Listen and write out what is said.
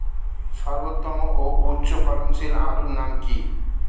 সর্বোত্তম ও উচ্চ ফলনশীল আলুর নাম কি?